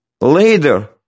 Later